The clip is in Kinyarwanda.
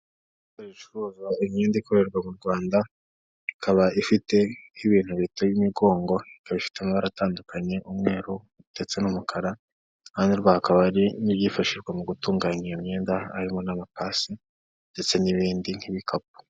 Ibicuruzwa imyenda ikorerwa mu Rwanda ikaba ifite nk'ibintu bita imigongo ikabifite amabara atandukanye umweru ndetse n'umukara aho berwa aka ari ibyifashishwa mu gutunganya iyo myenda harimo n'amapasi ndetse n'ibindi nk'ibikapu.